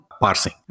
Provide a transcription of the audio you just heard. parsing